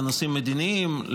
לנושאים מדיניים,